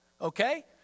okay